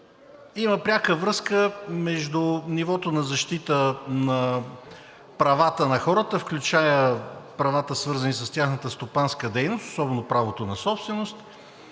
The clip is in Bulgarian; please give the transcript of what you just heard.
има пряка връзка между нивото на защита правата на хората, включая правата, свързани с тяхната стопанска дейност, особено правото на собственост